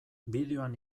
bideoan